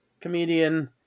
Comedian